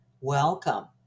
Welcome